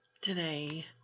Today